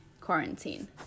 quarantine